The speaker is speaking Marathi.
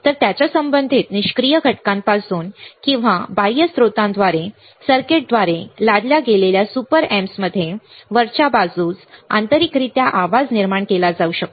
तर त्याच्या संबंधित निष्क्रिय घटकांपासून किंवा बाह्य स्त्रोतांद्वारे सर्किटद्वारे लादल्या गेलेल्या सुपर एम्पमध्ये वरच्या बाजूस आंतरिकरित्या आवाज निर्माण केला जाऊ शकतो